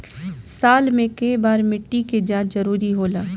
साल में केय बार मिट्टी के जाँच जरूरी होला?